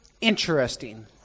interesting